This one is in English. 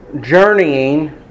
journeying